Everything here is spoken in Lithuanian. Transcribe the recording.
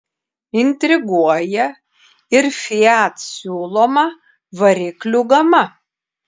intriguoja ir fiat siūloma variklių gama